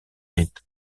est